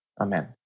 Amen